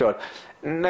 שבאמת,